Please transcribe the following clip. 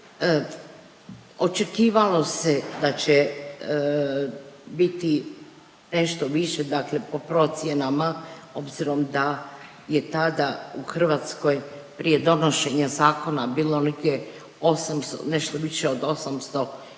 Očekivalo se da će biti nešto više, dakle po procjenama obzirom da je tada u Hrvatskoj prije donošenja zakona bilo nešto više od 800 tisuća,